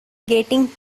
getting